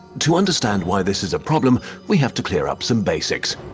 to understand why this is a problem, we have to clear up some basics.